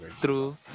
True